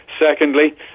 Secondly